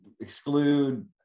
exclude